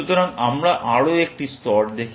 সুতরাং আমরা আরও একটি স্তর দেখি